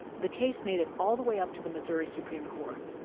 the case made it all the way up to the missouri supreme court,